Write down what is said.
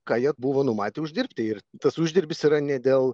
ką jie buvo numatę uždirbti ir tas uždarbis yra ne dėl